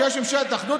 כשיש ממשלת אחדות,